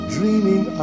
Dreaming